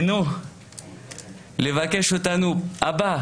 היינו שבוע לפני בטיפת חלב,